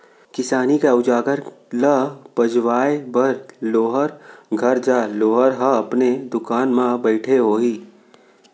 किसानी के अउजार ल पजवाए बर लोहार घर जा, लोहार ह अपने दुकान म बइठे होही